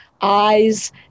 Eyes